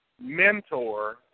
mentor